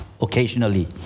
occasionally